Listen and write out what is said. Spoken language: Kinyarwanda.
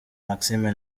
maxime